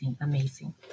amazing